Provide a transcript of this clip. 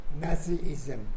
Nazism